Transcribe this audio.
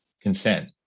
consent